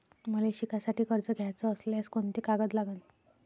मले शिकासाठी कर्ज घ्याचं असल्यास कोंते कागद लागन?